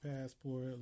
passport